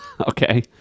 Okay